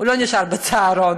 הוא לא נשאר בצהרון.